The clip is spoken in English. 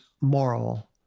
moral